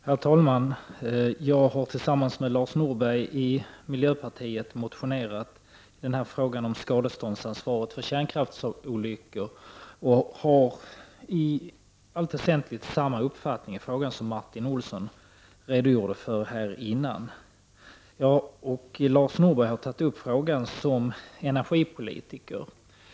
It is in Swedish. Herr talman! Jag har tillsammans med Lars Norberg i miljöpartiet motionerat i frågan om skadeståndsansvaret vid kärnkraftsolyckor. I denna fråga har jag i allt väsentligt samma uppfattning som den Marin Olsson nyss redovisade. Jag och Lars Norberg har motionerat i denna fråga i egenskap av energipolitiker.